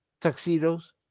Tuxedo's